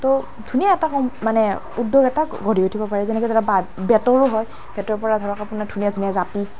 তো ধুনীয়া এটা মানে উদ্যোগ এটা গঢ়ি উঠিব পাৰে যেনেকৈ ধৰক বেতৰো হয় বেতৰপৰা ধৰক আপোনাৰ ধুনীয়া ধুনীয়া জাপি